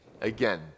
again